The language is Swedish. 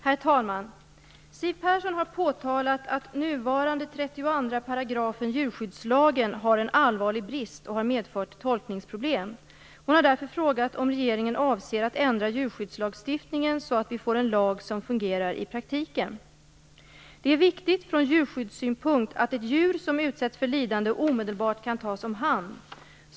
Herr talman! Siw Persson har påtalat att nuvarande 32 § djurskyddslagen har en allvarlig brist och har medfört tolkningsproblem. Hon har därför frågat om regeringen avser att ändra djurskyddslagstiftningen så att vi får en lag som fungerar i praktiken. Det är viktigt från djurskyddssynpunkt att ett djur som utsätts för lidande omedelbart kan tas om hand.